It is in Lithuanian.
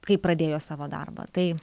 kai pradėjo savo darbą tai